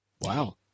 Wow